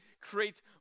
creates